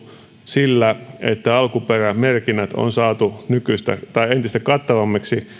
sillä että alkuperämerkinnät on saatu entistä kattavammiksi